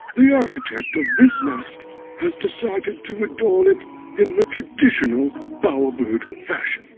the architect of this nest has decided to adorn it in the traditional bowerbird fashion,